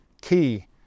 key